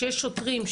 שיש שוטרים,